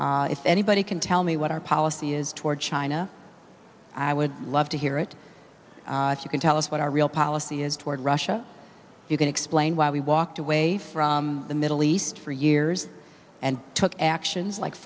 inconsistent if anybody can tell me what our policy is toward china i would love to hear it if you can tell us what our real policy is toward russia if you can explain why we walked away from the middle east for years and took actions like